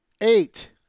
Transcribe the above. Eight